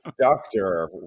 doctor